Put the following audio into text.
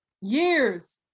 Years